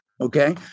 Okay